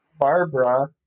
Barbara